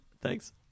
Thanks